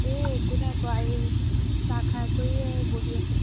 এই একো নাই কোৱা এই চাহ খাই কৰি এই বহি আছোঁ